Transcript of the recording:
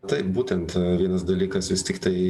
taip būtent vienas dalykas vis tiktai